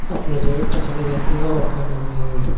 اپنا جگہ پہ چلے جاتے ہیں اور کھانا میں